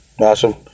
Awesome